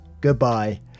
Goodbye